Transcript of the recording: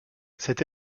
cette